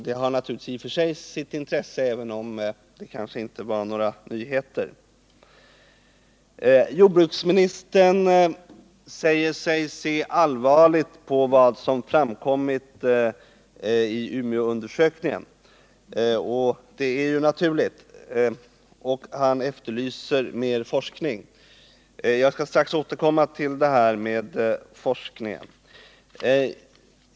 Det har naturligtvis i och för sig sitt intresse, även om det kanske inte var några nyheter. Jordbruksministern säger sig se allvarligt på vad som framkommit i Umeåundersökningen, och det är naturligt. Han efterlyser mer forskning. Jag skall strax återkomma till detta med forskningen.